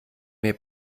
mir